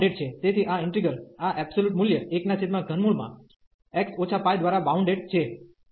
તેથી આ ઈન્ટિગ્રલ આ મૂલ્ય 13x π દ્વારા બાઉન્ડેડ છે